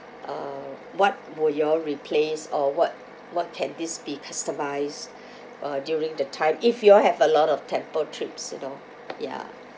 uh what will you all replace or what what can this be customised uh during the time if you all have a lot of temple trips you know ya